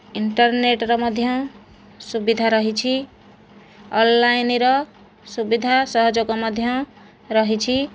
ଇଣ୍ଟର୍ନେଟ୍ର ମଧ୍ୟ ସୁବିଧା ରହିଛି ଅନଲାଇନ୍ର ସୁବିଧା ସହଯୋଗ ମଧ୍ୟ ରହିଛି